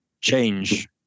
change